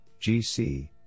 GC